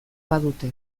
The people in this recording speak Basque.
badute